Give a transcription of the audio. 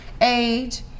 age